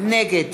נגד